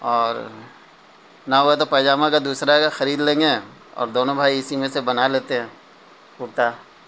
اور نہ ہوا تو پاجامہ کا دوسرا کا خرید لیں گے اور دونوں بھائی اسی میں سے بنا لیتے ہیں کرتا